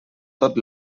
tot